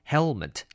Helmet